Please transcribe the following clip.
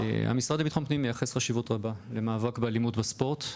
המשרד לביטחון פנים מייחס חשיבות רבה למאבק באלימות בספורט.